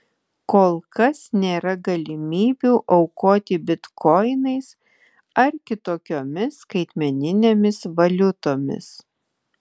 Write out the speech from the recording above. kol kas nėra galimybių aukoti bitkoinais ar kitokiomis skaitmeninėmis valiutomis